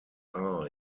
are